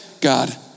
God